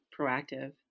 proactive